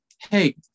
Hey